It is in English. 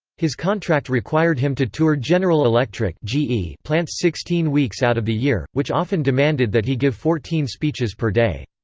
his contract required him to tour general electric plants sixteen weeks out of the year, which often demanded that he give fourteen speeches per day.